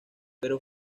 pero